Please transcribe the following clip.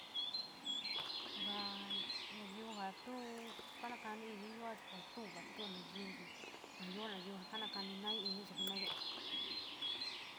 Vaa naiyo ja tuo kamai kani ini yuo tuo vatu naiyo, ja io naiyo kana kani noii iniiyo jenayo.